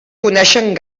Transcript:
coneixen